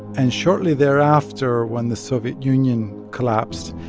and shortly thereafter, when the soviet union collapsed,